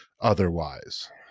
otherwise